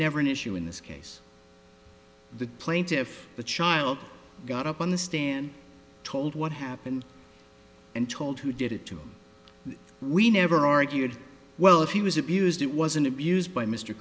never an issue in this case the plaintiffs the child got up on the stand told what happened and told who did it too we never argued well if he was abused it wasn't abuse by mr